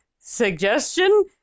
suggestion